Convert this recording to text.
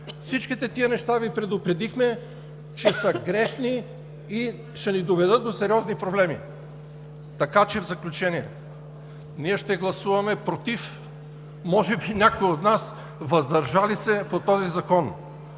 всички тези неща Ви предупредихме, че са грешни и ще ни доведат до сериозни проблеми. Така че в заключение: ние ще гласуваме „против“, може би някой от нас „въздържал се“ по този закон,